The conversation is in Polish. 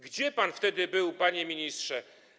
Gdzie pan wtedy był, panie ministrze?